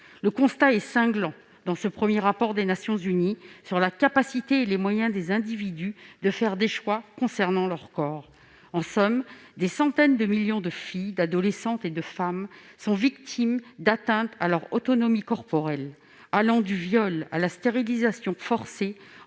de santé. Le constat de ce premier rapport des Nations unies est cinglant sur la capacité et les moyens des individus de faire des choix concernant leur corps. En somme, des centaines de millions de filles, d'adolescentes et de femmes sont victimes d'atteintes à leur autonomie corporelle, allant du viol à la stérilisation forcée,